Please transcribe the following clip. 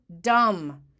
dumb